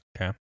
Okay